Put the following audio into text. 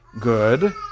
good